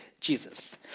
Jesus